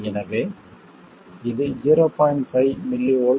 எனவே இது 0